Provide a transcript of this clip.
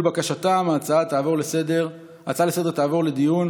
בקשתם היא שההצעה לסדר-היום תעבור לדיון